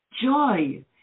Joy